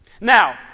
Now